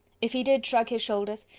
if he did shrug his shoulders,